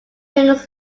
thinks